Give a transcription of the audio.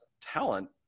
talent